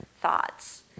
thoughts